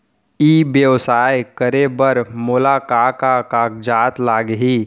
ई व्यवसाय करे बर मोला का का कागजात लागही?